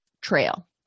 trail